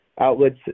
Outlets